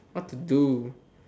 what to do